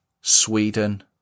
Sweden